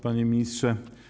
Panie Ministrze!